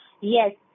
Yes